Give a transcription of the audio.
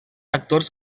actors